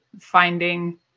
finding